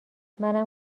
منم